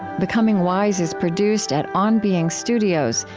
becoming wise is produced at on being studios,